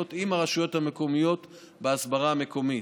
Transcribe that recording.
עם הרשויות המקומיות בהסברה המקומית.